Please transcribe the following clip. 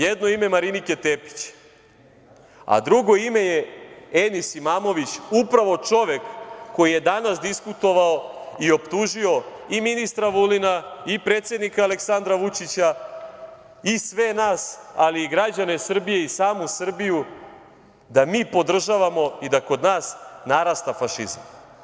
Jedno je ime Marinike Tepić, a drugo ime je Enis Imamović, upravo čovek koji je danas diskutovao i optužio i ministra Vulina i predsednika Aleksandra Vučića i sve nas, ali i građane Srbije i samu Srbiju da mi podržavamo i da kod nas narasta fašizam.